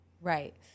Right